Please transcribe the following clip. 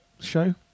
show